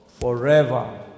forever